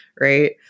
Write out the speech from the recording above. right